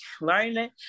learning